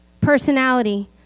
personality